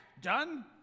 done